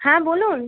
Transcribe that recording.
হ্যাঁ বলুন